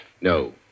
No